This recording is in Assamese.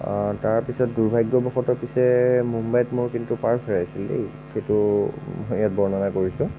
তাৰ পিছত দুৰ্ভাগ্যবশতঃ পিচে মুম্বাইত মোৰ কিন্তু পাৰ্চ হেৰাইছিল দেই সেইটো ইয়াত বৰ্ণনা কৰিছোঁ